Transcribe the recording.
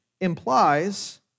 implies